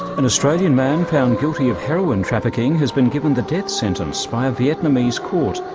an australian man found guilty of heroin trafficking has been given the death sentence by a vietnamese court.